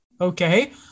Okay